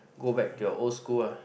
go back to your old school ah